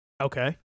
Okay